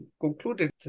concluded